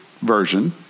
version